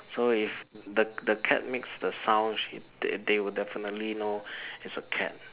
so if the the cat makes a sound they they will definitely know it's a cat